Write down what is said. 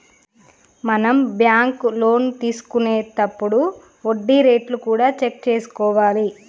మనం బ్యాంకు లోన్లు తీసుకొనేతప్పుడు వడ్డీ రేట్లు కూడా చెక్ చేసుకోవాలి